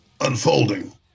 Unfolding